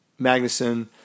Magnuson